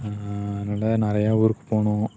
அதனால் நிறையா ஊருக்கு போகணும்